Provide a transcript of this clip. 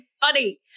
funny